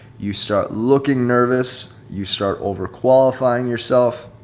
you start looking nervous, you start over qualifying yourself.